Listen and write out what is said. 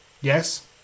Yes